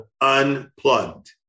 Unplugged